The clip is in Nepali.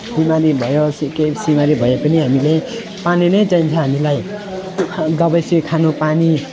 बिमारी भए पछि केही सिमारी भयो पनि हामीले पानी नै चाहिन्छ हामीलाई दबाईसित खानु पानी